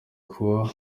kuba